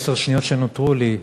בעשר השניות שנותרו לי,